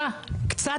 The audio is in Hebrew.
טאהא (רע"מ,